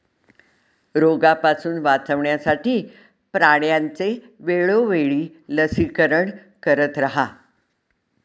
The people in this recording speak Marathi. रोगापासून वाचवण्यासाठी प्राण्यांचे वेळोवेळी लसीकरण करत रहा